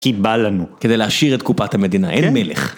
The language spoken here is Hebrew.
כי בא לנו, כדי להעשיר את קופת המדינה, אין מלך.